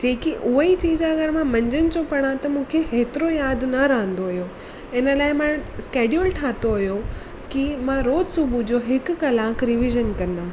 जेकी उहेई चीज़ आहे अगरि मां मंझदि जो पढ़ां त मूंखे एतिरो यादि न रहंदो हुयो इन लाइ मां स्कैडयूल ठातो हुयो की मां रोज सुबुह जो हिक कलाकु रीविज़न कंदमि